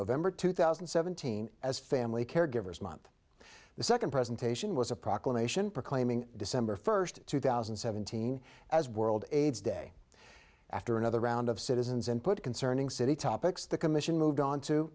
november two thousand and seventeen as family caregivers month the second presentation was a proclamation proclaiming december first two thousand and seventeen as world aids day after another round of citizens input concerning city topics the commission moved on to